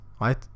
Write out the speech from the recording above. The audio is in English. right